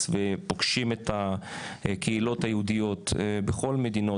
ופוגשים את הקהילות היהודיות בכל המדינות,